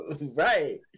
Right